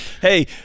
hey